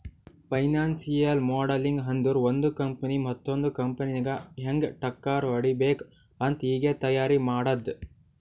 financial modelling ಅಂದುರ್ ಒಂದು company ಮತ್ತೊಂದ್ ಕಂಪನಿಗ ಹ್ಯಾಂಗ್ ಟಕ್ಕರ್ ಕೊಡ್ಬೇಕ್ ಅಂತ್ ಈಗೆ ತೈಯಾರಿ ಮಾಡದ್ದ್